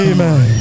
Amen